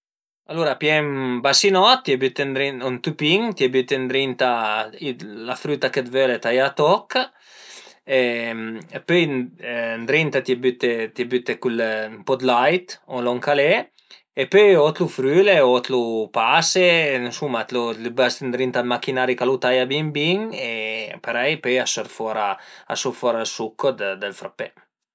Alura pìe ën basinot, t'ie büte ëndrinta, ün tüpin, t'ie büte ëndrinta la früta che völe taià a toch e pöi ëndrinta t'ie büte t'ie büte ën po dë lait o lon ch'al e pöi o t'lu früle o t'lu pase, ënsuma t'lu pase ëndrinta al machinari ch'a lu taia bin bin e parei pöi a sort fora a sort fora ël succo dël frappé